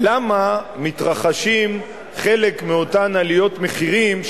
למה מתרחשות חלק מאותן עליות מחירים.